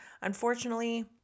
Unfortunately